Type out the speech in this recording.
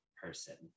person